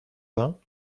vingt